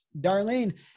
Darlene